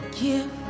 give